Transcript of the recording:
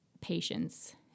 patience